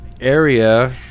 area